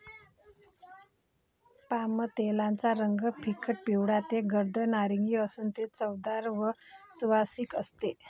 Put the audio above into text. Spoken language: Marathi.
पामतेलाचा रंग फिकट पिवळा ते गर्द नारिंगी असून ते चवदार व सुवासिक असते